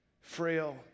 frail